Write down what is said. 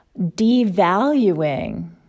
devaluing